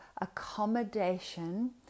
accommodation